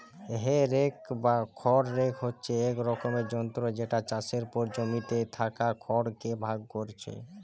হে rake বা খড় rake হচ্ছে এক রকমের যন্ত্র যেটা চাষের পর জমিতে থাকা খড় কে ভাগ কোরছে